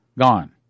gone